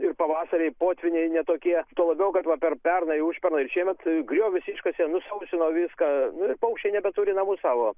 ir pavasariai potvyniai ne tokie tuo labiau kad vat per pernai užpernai šiemet griovius iškasė nusausino viską nu ir paukščiai nebeturi namų savo